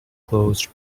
closed